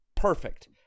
perfect